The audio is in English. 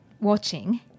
watching